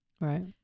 Right